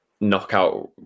knockout